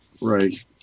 Right